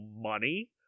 money